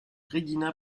regina